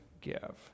give